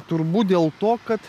turbūt dėl to kad